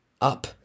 up